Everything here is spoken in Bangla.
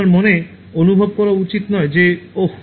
আপনার পরে অনুভব করা উচিত নয় যে ওহ